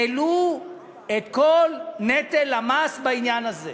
העלו את כל נטל המס בעניין הזה.